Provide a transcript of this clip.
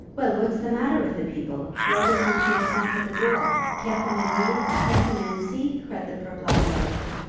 well, what's the matter with the people? why does not james knock at the door? can't the man read? can't the man see? cried the purblind dowager.